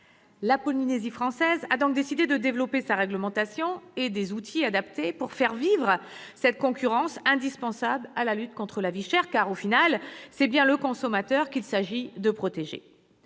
La Polynésie française a donc décidé de développer sa réglementation et des outils adaptés pour faire vivre cette concurrence indispensable à la lutte contre la vie chère. Car finalement, c'est bien le consommateur qu'il s'agit de protéger.